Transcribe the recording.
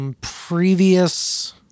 Previous